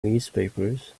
newspapers